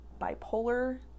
bipolar